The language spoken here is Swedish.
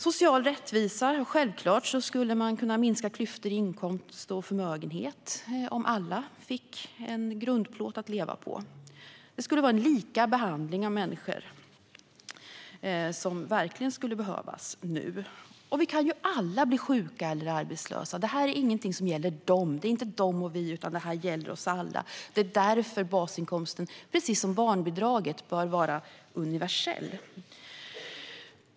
Social rättvisa: Självklart skulle man kunna minska klyftor gällande inkomster och förmögenhet om alla fick en grundplåt att leva på. Det skulle vara en likabehandling av människor som verkligen skulle behövas nu. Vi kan ju alla bli sjuka och arbetslösa. Det här är inte något som gäller dem eller någon annan. Det är inte dem och vi, utan det här gäller oss alla. Det är därför basinkomsten bör vara universell, precis som barnbidraget.